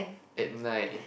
at night